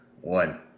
One